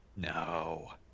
No